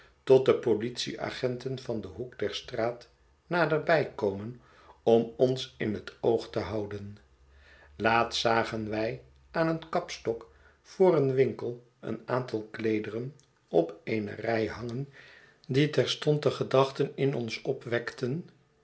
tot de politieagenten van den hoek der straat naderbij komen om ons in het oog te houden laatst zagen wij aan een kapstok voor een winkel een aantal kleederen op eene rij hangen die terstond de gedachte in ons opwekten